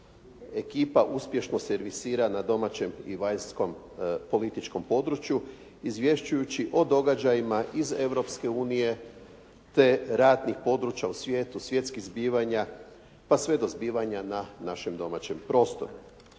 ekipa uspješno servisira na domaćem i vanjskom političkom području izvješćujući o događajima iz Europske unije te ratnih područja u svijetu, svjetskih zbivanja pa sve do zbivanja na našem domaćem prostoru.